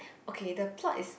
okay the plot is